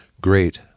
great